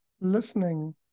listening